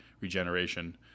Regeneration